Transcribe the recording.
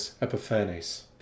Epiphanes